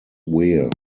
wear